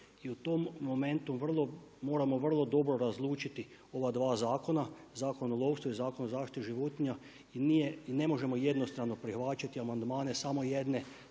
i u tom momentu moramo vrlo dobro razlučiti ova dva zakona Zakon o lovstvu i Zakon o zaštiti životinja i ne možemo jednostrano prihvaćati amandmane samo jedne